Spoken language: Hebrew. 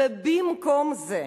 ובמקום זה,